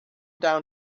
down